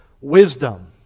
wisdom